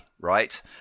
right